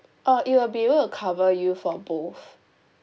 oh it will be able to cover you for both